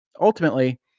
ultimately